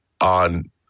on